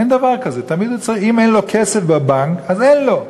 אין דבר כזה: אם אין לו כסף בבנק, אז אין לו.